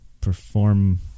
perform